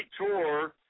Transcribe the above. tour